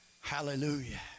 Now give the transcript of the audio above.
Hallelujah